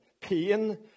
pain